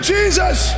Jesus